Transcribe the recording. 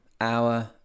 hour